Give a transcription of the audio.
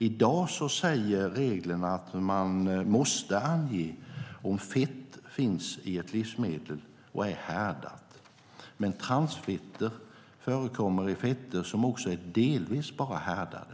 I dag säger reglerna att man måste ange om fett finns i ett livsmedel och om det är härdat. Men transfetter förekommer också i fetter som är bara delvis härdade.